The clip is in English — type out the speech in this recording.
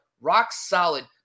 rock-solid